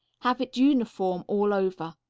have it uniform all over.